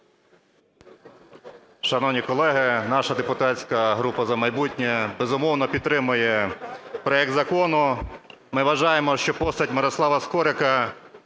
Шановні колеги, наша депутатська група "За майбутнє", безумовно, підтримує проект закону. Ми вважаємо, що постать Мирослава Скорика